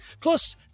Plus